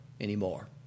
anymore